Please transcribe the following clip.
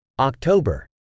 October